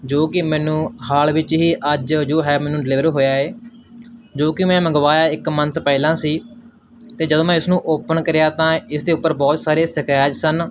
ਜੋ ਕਿ ਮੈਨੂੰ ਹਾਲ ਵਿੱਚ ਹੀ ਅੱਜ ਜੋ ਹੈ ਮੈਨੂੰ ਡਲੀਵਰ ਹੋਇਆ ਏ ਜੋ ਕਿ ਮੈਂ ਮੰਗਵਾਇਆ ਇੱਕ ਮੰਥ ਪਹਿਲਾਂ ਸੀ ਅਤੇ ਜਦੋਂ ਮੈਂ ਇਸਨੂੰ ਓਪਨ ਕਰਿਆ ਤਾਂ ਇਸ ਦੇ ਉੱਪਰ ਬਹੁਤ ਸਾਰੇ ਸਕਰੈਚ ਸਨ